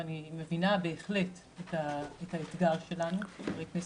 ואני מבינה בהחלט את האתגר שלנו כחברי כנסת,